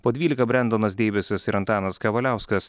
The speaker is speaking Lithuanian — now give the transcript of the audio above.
po dvylika brendonas deivisas ir antanas kavaliauskas